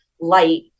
light